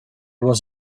was